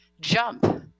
jump